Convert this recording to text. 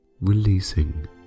releasing